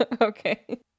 okay